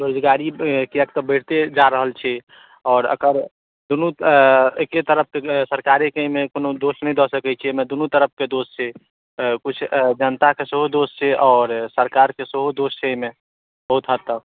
बेरोजगारी किएकि तऽ बढ़ैते जा रहल छै आओर एकर दुनू एके तरफके सरकारेके एहिमे कोनो दोष नहि दऽ सकै छियै एहिमे दुनू तरफके दोष छै किछु जनताके सेहो दोष छै आओर सरकारके सेहो दोष छै एहिमे बहुत हद तक